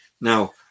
Now